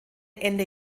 ende